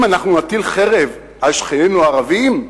אם נטיל חרם על שכנינו הערבים,